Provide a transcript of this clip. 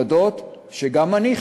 להתוודות שגם אני,